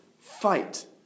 fight